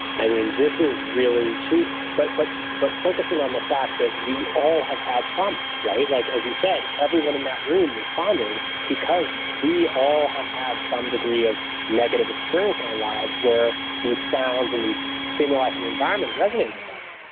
i mean, this is really. but but but focusing on the fact that we all have had trauma. like as you said, everyone in that room responded because we all have had some degree of negative experience in our lives where these sounds and these stimuli from the environment resonate with us.